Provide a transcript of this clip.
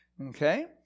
Okay